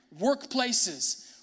workplaces